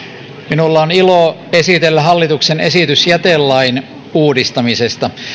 minulla on ilo esitellä hallituksen esitys jätelain uudistamisesta